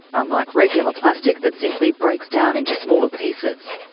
unlike regular plastic that simply breaks down into smaller pieces.